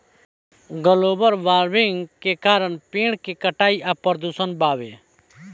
global warming के कारण पेड़ के कटाई आ प्रदूषण बावे